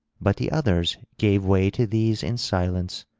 but the others gave way to these in silence.